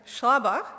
Schlabach